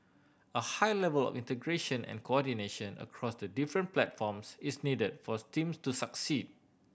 a high level of integration and coordination across the different platforms is needed for teams to succeed